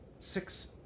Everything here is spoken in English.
Six